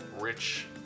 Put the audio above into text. Rich